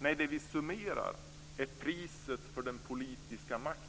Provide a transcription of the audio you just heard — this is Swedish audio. Nej, det vi summerar är priset för den politiska makten.